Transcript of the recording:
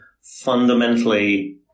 fundamentally